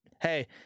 hey